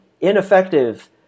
ineffective